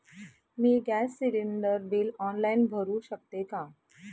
मी gas cylinder bill online भरु शकते का?